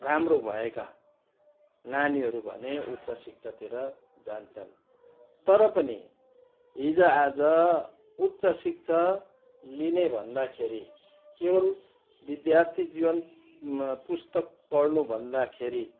राम्रो भएका नानीहरू भने उच्च शिक्षातिर जान्छन् तर पनि हिजोआज उच्च शिक्षा लिने भन्दाखेरि केवल विद्यार्थी जीवन पुस्तक पढ्नु भन्दाखेरि